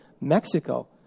Mexico